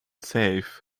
save